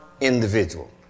individual